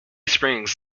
springs